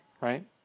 right